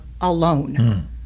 alone